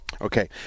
Okay